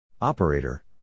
Operator